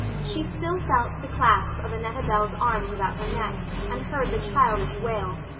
she still felt the clasp of annetta bell's arms about her neck and heard the childish wail,